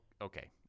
Okay